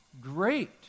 Great